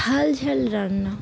ঝাল ঝাল রান্না